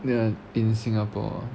ya in singapore